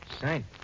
Saint